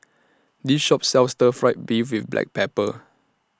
This Shop sells Stir Fry Beef with Black Pepper